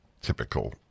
typical